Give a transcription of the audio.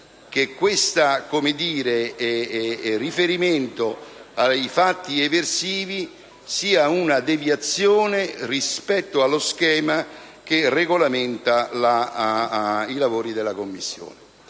che questo riferimento ai fatti eversivi sia una deviazione rispetto allo schema che regolamenta i lavori della Commissione.